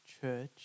church